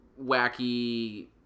wacky